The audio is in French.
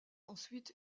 ensuite